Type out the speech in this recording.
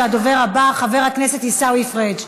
הדובר הבא, חבר הכנסת עיסאווי פריג'.